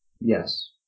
Yes